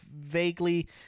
vaguely